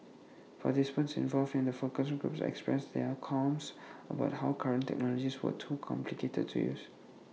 participants involved in the focus groups expressed their qualms about how current technologies were too complicated to use